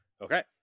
Okay